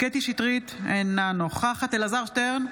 קטי קטרין שטרית, אינה נוכחת אלעזר שטרן,